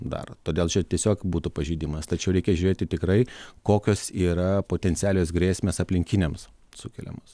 dar todėl čia tiesiog būtų pažeidimas tačiau reikia žiūrėti tikrai kokios yra potencialios grėsmės aplinkiniams sukeliamos